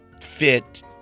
fit